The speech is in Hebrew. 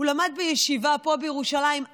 למד בישיבה פה בירושלים,